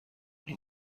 این